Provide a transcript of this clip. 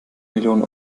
millionen